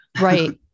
Right